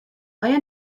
آیا